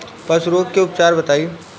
पशु रोग के उपचार बताई?